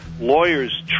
lawyers